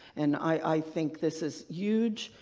and i think this is huge,